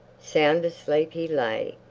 sound asleep he lay,